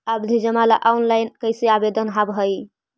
आवधि जमा ला ऑनलाइन कैसे आवेदन हावअ हई